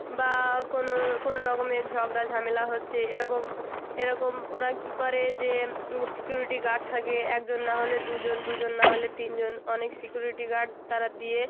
বা কোনো কোনো রকমের ঝগড়া ঝামেলা হচ্ছে এরকম এরকম ওরা কী করে যে সিকিউরিটি গার্ড থাকে একজন না হলে দুজন দুজন না হলে তিনজন অনেক সিকিউরিটি গার্ড তারা দিয়ে